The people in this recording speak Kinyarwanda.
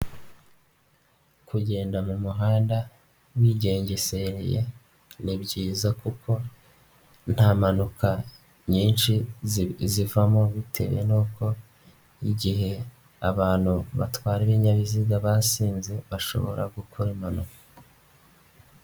Kugenda mu muhanda wigengesereye ni byiza kuko nta mpanuka nyinshi zivamo bitewe nuko igihe abantu batwara ibinyabiziga basinze, bashobora gukora impanuka.